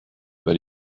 but